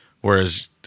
Whereas